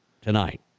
tonight